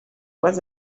was